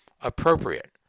appropriate